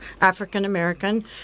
African-American